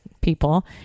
people